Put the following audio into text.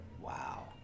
Wow